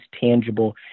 tangible